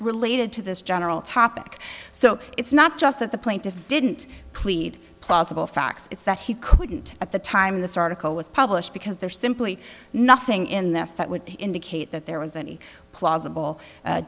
related to this general topic so it's not just that the plaintiff didn't clete plausible facts it's that he couldn't at the time this article was published because there's simply nothing in this that would indicate that there was any plausible